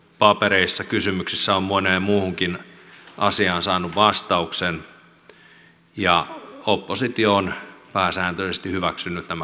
hallitustunnustelupapereissa kysymyksissä on moneen muuhunkin asiaan saatu vastaus ja oppositio on pääsääntöisesti hyväksynyt nämä kaikki